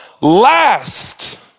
last